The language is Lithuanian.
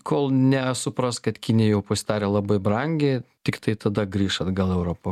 kol nesupras kad kinija jau pasidarė labai brangi tiktai tada grįš atgal į europą